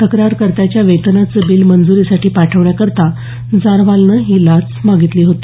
तक्रारकर्त्याच्या वेतनाचं बिल मंजुरीसाठी पाठवण्याकरता जारवालनं ही लाच मागितली होती